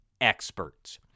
experts